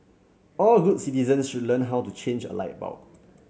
all good citizens should learn how to change a light bulb